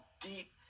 deep